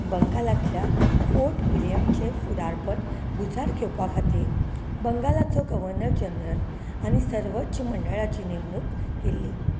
बंगालांतल्या fort विल्यमचें फुडारपण भुजार घेवपाखातीर बंगालाचो गव्हर्नर जनरल आनी सर्वोच्च मंडळाची नेमणूक केल्ली